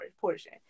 portion